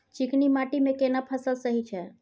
चिकनी माटी मे केना फसल सही छै?